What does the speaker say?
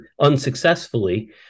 unsuccessfully